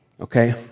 Okay